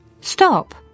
Stop